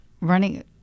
Running